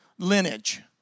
lineage